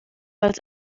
als